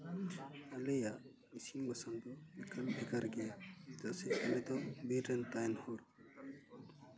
ᱟᱞᱮᱭᱟᱜ ᱤᱥᱤᱱ ᱵᱟᱥᱟᱝ ᱫᱚ ᱮᱠᱟᱞ ᱵᱷᱮᱜᱟᱨ ᱜᱮ ᱥᱮ ᱟᱞᱮ ᱫᱚ ᱵᱤᱨ ᱨᱮᱱ ᱛᱟᱦᱮᱱ ᱦᱚᱲ